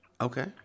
Okay